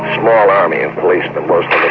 small army in policeman, most yeah